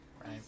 Right